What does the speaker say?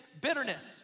bitterness